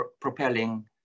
propelling